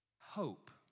Hope